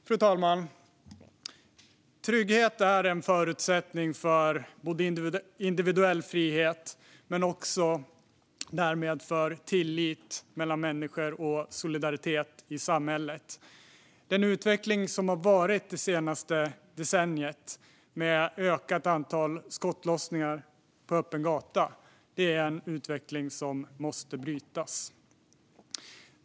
Fru talman! Trygghet är en förutsättning både för individuell frihet och för tillit mellan människor och solidaritet i samhället. Utvecklingen det senaste decenniet med ett ökat antal skottlossningar på öppen gata måste brytas.